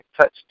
touch